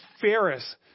Ferris